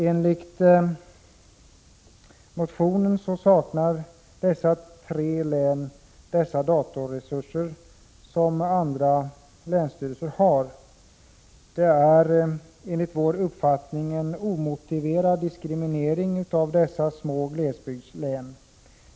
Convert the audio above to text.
Enligt motionen saknar man i dessa tre län de datorresurser som andra länsstyrelser har. Det är enligt vår uppfattning en omotiverad diskriminering av dessa små glesbygdslän.